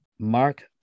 mark